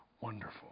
wonderful